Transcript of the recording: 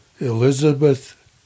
Elizabeth